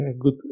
good